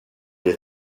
les